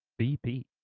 BP